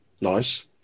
Nice